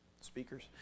speakers